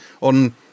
on